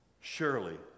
surely